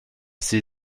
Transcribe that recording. see